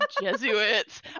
Jesuits